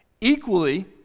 Equally